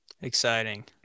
exciting